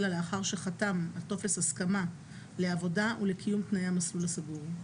אלא לאחר שחתם על טופס הסכמה לעבודה ולקיום תנאי המסלול הסגור,